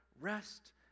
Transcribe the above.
rest